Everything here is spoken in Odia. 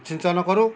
ସିଞ୍ଚନ କରୁ